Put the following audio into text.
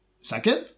Second